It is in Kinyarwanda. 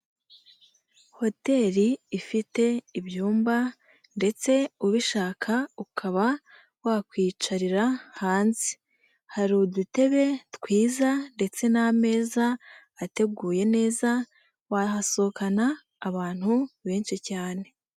Hotel ifite ibyumba ndetse ubishaka ukaba wakwiyicarira hanze, hari udutebe twiza ndetse n'ameza ateguye neza, wahasohokana abantu benshi cyane.